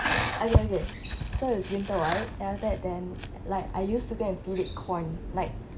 okay okay so it's winter white and after that then like I used to get to feed it corn like